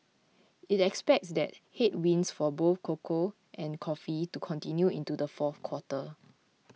it expects these headwinds for both cocoa and coffee to continue into the fourth quarter